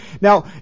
Now